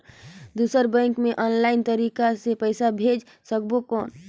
दुसर बैंक मे ऑफलाइन तरीका से पइसा भेज सकबो कौन?